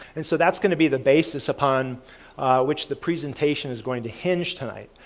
and so that's going to be the basis upon which the presentation is going to hinge tonight.